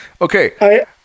okay